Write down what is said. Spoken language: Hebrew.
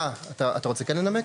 אה, אתה רוצה כן לנמק?